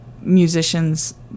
musicians